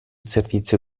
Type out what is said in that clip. servizio